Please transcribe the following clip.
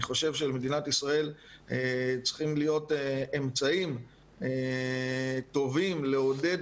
לדעתי למדינת ישראל צריכים להיות אמצעים טובים לעודד